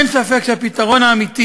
אין ספק שהפתרון האמיתי